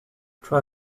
try